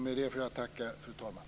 Med det får jag tacka, fru talman.